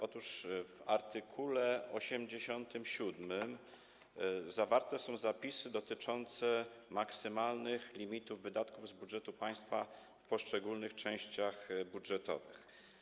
Otóż w art. 87 zawarte są zapisy dotyczące maksymalnych limitów wydatków z budżetu państwa w poszczególnych częściach budżetowych.